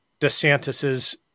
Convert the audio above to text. Desantis's